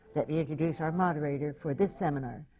let me introduce our moderator for this seminar,